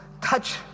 Touch